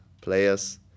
players